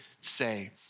say